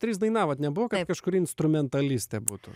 trys dainavot nebuvo kad kažkuri instrumentalistė būtų